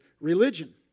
religion